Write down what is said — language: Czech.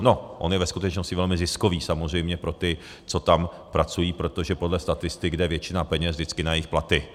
No, on je ve skutečnosti velmi ziskový samozřejmě pro ty, co tam pracují, protože podle statistik jde většina peněz vždycky na jejich platy.